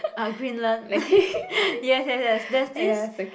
ah Greenland yes yes yes there's this